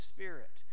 Spirit